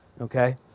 Okay